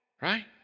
Right